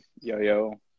yo-yo